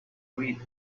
read